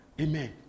Amen